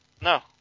No